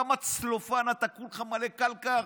כמה צלופן, אתה כולך מלא קלקר.